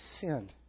sin